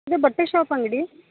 ಇದು ಬಟ್ಟೆ ಶಾಪ್ ಅಂಗಡಿ